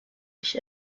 ich